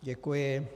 Děkuji.